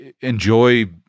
enjoy –